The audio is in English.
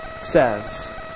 says